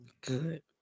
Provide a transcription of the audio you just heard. Good